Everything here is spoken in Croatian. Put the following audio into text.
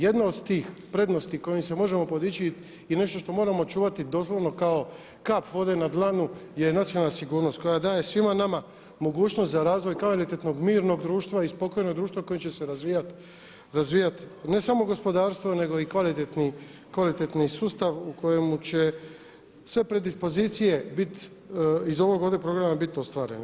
Jedna od tih prednosti kojom se možemo podičiti je nešto što moramo čuvati doslovno kao kap vode na dlanu je nacionalna sigurnost koja daje svima nama mogućnost za razvoj kvalitetnog, mirnog i spokojnog društva koje će se razvija ne samo gospodarstvo nego i kvalitetni sustav u kojemu će sve predispozicije iz ovog ovdje programa biti ostvarene.